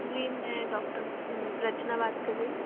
जी मैं डॉक्टर रचना बात कर रही हूँ